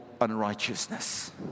unrighteousness